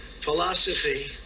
philosophy